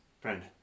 friend